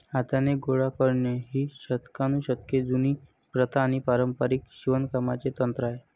हाताने गोळा करणे ही शतकानुशतके जुनी प्रथा आणि पारंपारिक शिवणकामाचे तंत्र आहे